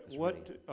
what,